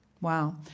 Wow